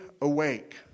awake